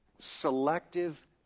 Selective